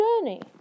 journey